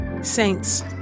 Saints